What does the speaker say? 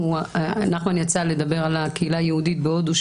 נחמן יצא לדבר על הקהילה היהודית בהודו,